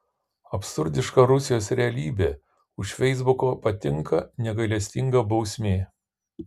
absurdiška rusijos realybė už feisbuko patinka negailestinga bausmė